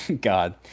God